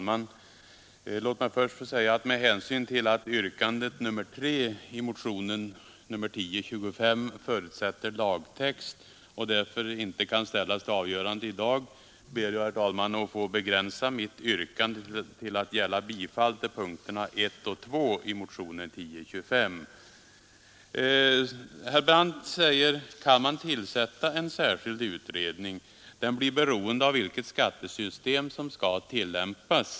Herr talman! Med hänsyn till att yrkandet i punkten 3 i motionen 1025 förutsätter lagtext och därför i dag inte kan tas upp till avgörande ber jag, herr talman, att få begränsa mitt bifallsyrkande att gälla punkterna 1 och 2 i motionen 1025. Herr Brandt ifrågasätter att den föreslagna utredningen kan tillsättas eftersom dess arbete blir beroende av vilket skattesystem som skall tillämpas.